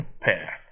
path